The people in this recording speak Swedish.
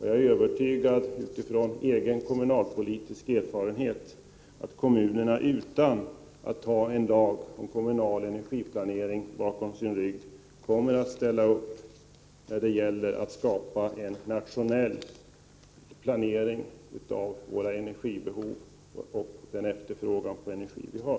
Jag är— utifrån egen kommunalpolitisk erfarenhet — övertygad om att kommunerna, utan att ha en lag om kommunal energiplanering bakom sin rygg, kommer att ställa upp när det gäller att skapa en nationell planering av våra energibehov och den efterfrågan på energi som vi har.